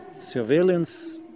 surveillance